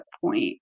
point